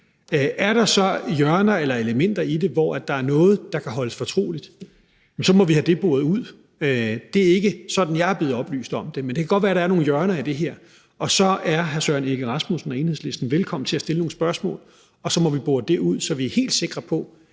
Er der så hjørner eller elementer i det, hvor der er noget, der kan holdes fortroligt, må vi have det boret ud. Det er ikke sådan, jeg er blevet oplyst om det, men det kan godt være, at der er nogle hjørner i det her, og så er hr. Søren Egge Rasmussen og Enhedslisten velkommen til at stille nogle spørgsmål, og så må vi bore det ud, så vi er helt sikre på,